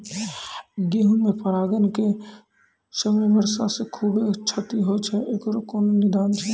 गेहूँ मे परागण के समय वर्षा से खुबे क्षति होय छैय इकरो कोनो निदान छै?